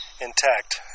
intact